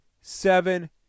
seven